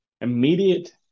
immediate